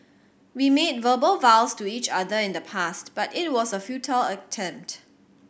we made verbal vows to each other in the past but it was a futile attempt